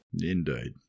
Indeed